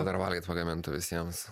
dar valgyt pagamintų visiems